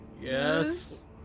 Yes